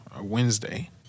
Wednesday